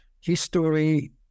history